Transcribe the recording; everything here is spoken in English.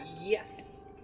Yes